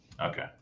Okay